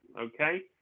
okay